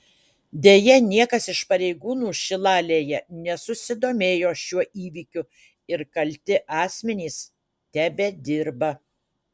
deja niekas iš pareigūnų šilalėje nesusidomėjo šiuo įvykiu ir kalti asmenys tebedirba